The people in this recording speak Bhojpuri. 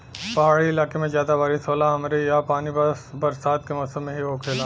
पहाड़ी इलाके में जादा बारिस होला हमरे ईहा पानी बस बरसात के मौसम में ही होखेला